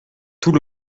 tout